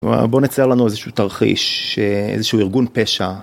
בוא... בוא נצייר לנו איזשהו תרחיש, איזשהו ארגון פשע.